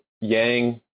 Yang